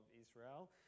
Israel